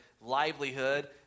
livelihood